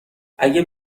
اگه